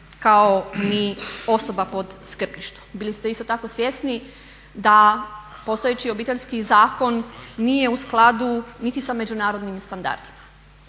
kao ni osoba pod skrbništvom. Bili ste isto tako svjesni da postojeći Obiteljski zakon nije u skladu niti sa međunarodnim standardima.